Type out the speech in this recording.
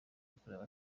yakorewe